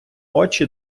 очі